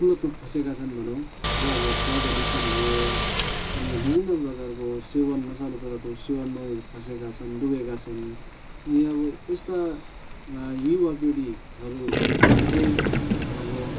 कुलतमा फसेका छन् भनौँ हो अब ड्रग एडिक्सन भयो अनि विभिन्न प्रकारको सेवन नशालु पदार्थको सेवनमा उनीहरू फसेका छन् डुबेका छन् अनि अब यस्ता युवापिँढीहरूलाई चाहिँ अब